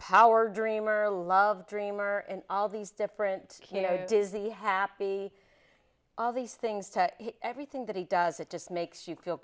power dreamer love dreamer and all these different you know dizzy happy all these things to everything that he does it just makes you feel